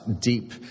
deep